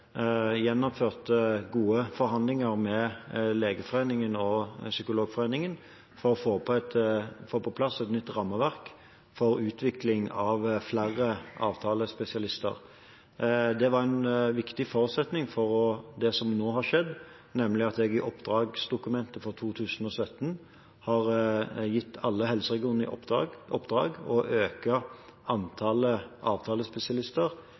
gjennomført gode forhandlinger med Legeforeningen og Psykologforeningen for å få på plass et nytt rammeverk for utvikling av flere avtalespesialister. Det var en viktig forutsetning for det som nå har skjedd, nemlig at jeg i oppdragsdokumentet for 2017 har gitt alle helseregionene i oppdrag å øke antallet avtalespesialister